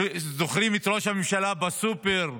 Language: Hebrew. זוכרים את ראש הממשלה בסופר,